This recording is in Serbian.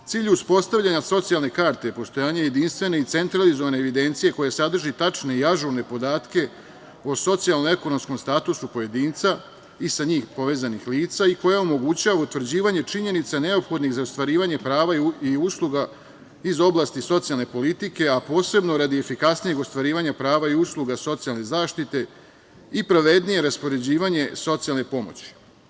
Cilj uspostavljanja socijalne karte je postojanje jedinstvene i centralizovane evidencije koja sadrži tačne i ažurne podatke o socijalnoj-ekonomskom statusu pojedinca i sa njim povezanih lica i koja omogućava utvrđivanje činjenica neophodnih za ostvarivanje prava i usluga iz oblasti socijalne politike, a posebno radi efikasnijeg ostvarivanja prava i usluga socijalne zaštite i pravednije raspoređivanje socijalne pomoći.